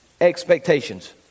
expectations